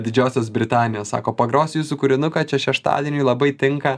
didžiosios britanijos sako pagrosiu jūsų kūrinuką čia šeštadieniui labai tinka